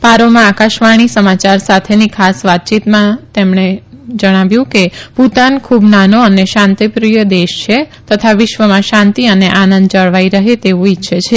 પારોમાં આકાશવાણી સમાયાર સાથેની ખાસ વાતયીત દરમિયાન ડોકટર ત્રોરિંગે કહ્યું કે ભૂતાન ખૂબ નાનો અને શાંતિપ્રિથ દેશ છે તથા વિશ્વમાં શાંતિ અને આનંદ જળવાઇ રહે તેવું ઇચ્છે છે